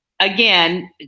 Again